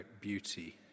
beauty